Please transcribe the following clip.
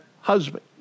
husband